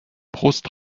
brust